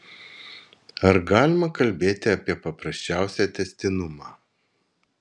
ar galima kalbėti apie paprasčiausią tęstinumą